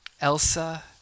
Elsa